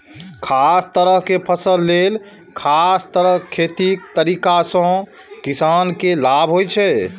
खास तरहक फसल लेल खास तरह खेतीक तरीका सं किसान के लाभ होइ छै